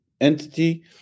entity